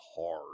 hard